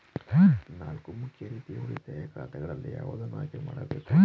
ನಾಲ್ಕು ಮುಖ್ಯ ರೀತಿಯ ಉಳಿತಾಯ ಖಾತೆಗಳಲ್ಲಿ ಯಾವುದನ್ನು ಆಯ್ಕೆ ಮಾಡಬೇಕು?